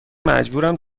مجبورم